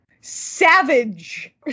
Savage